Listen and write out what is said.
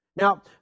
Now